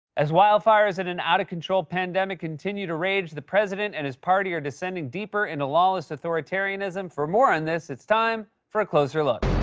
as wildfires and an out-of-control pandemic continue to rage, the president and his party are descending deeper into lawless authoritarianism. for more on this, it's time for a closer look.